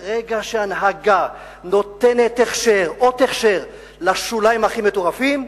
ברגע שהנהגה נותנת אות הכשר לשוליים הכי מטורפים,